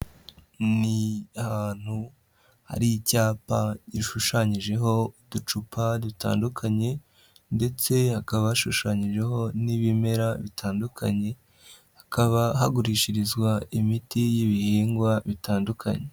Ni ahantu hari icyapa gishushanyijeho uducupa dutandukanye ndetse hakaba hashushanyijeho n'ibimera bitandukanye, hakaba hagurishirizwa imiti y'ibihingwa bitandukanye.